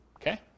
Okay